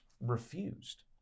refused